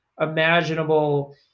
imaginable